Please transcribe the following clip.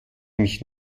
mich